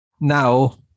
Now